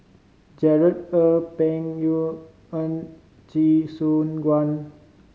Gerard Ee Peng Yuyun Chee Soon Juan